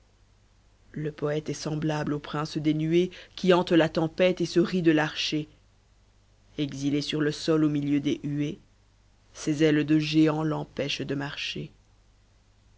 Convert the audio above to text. le poète est semblable au prince des nuées qui hante la tempête et se rit de l'archer exilé sur le sol au milieu des huées ses ailes de géant l'empêchent de marcher